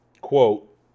quote